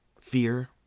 fear